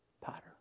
Potter